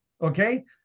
Okay